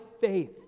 faith